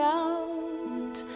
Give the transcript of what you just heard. out